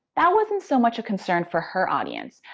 that wasn't so much a concern for her audience.